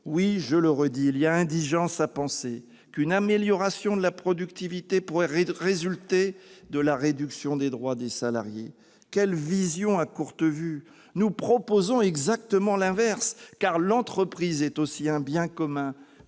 Oui, je le redis, il y a indigence à penser qu'une amélioration de la productivité pourrait résulter de la réduction des droits des salariés ! Quelle vision à courte vue ! Nous proposons exactement l'inverse, car l'entreprise est aussi un bien commun